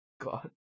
God